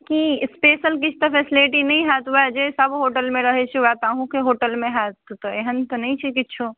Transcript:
कि स्पेशल किछु तऽ फैसिलिटी नहि होयत ओएह जे सभ होटलमे रहैत छै ओएह तऽ अहुँके होटलमे होयत तऽ एहन तऽ नहि छै किछु